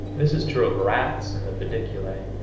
this is true of rats and the pediculae,